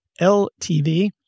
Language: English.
LTV